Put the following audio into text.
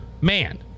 man